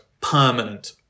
permanent